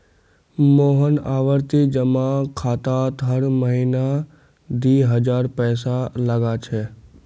मोहन आवर्ती जमा खातात हर महीना दी हजार पैसा लगा छे